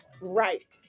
right